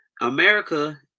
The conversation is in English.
America